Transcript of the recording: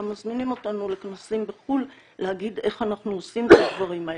מזמינים אותנו לכנסים בחו"ל להגיד איך אנחנו עושים את הדברים האלה.